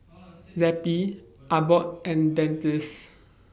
Zappy Abbott and Dentiste